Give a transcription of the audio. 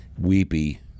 weepy